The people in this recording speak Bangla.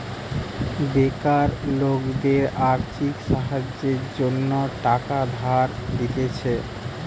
বেকার লোকদের আর্থিক সাহায্যের জন্য টাকা ধার দিতেছে